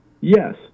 Yes